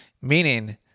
Meaning